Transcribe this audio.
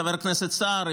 חבר הכנסת סער,